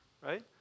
right